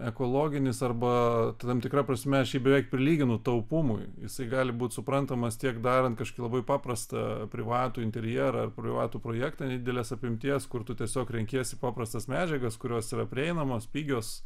ekologinis arba tam tikra prasme aš jį beveik prilyginu taupumui jisai gali būt suprantamas tiek darant kažką labai paprastą privatų interjerą ar privatų projektą nedidelės apimties kur tu tiesiog renkiesi paprastas medžiagas kurios yra prieinamos pigios